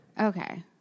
Okay